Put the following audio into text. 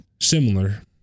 Similar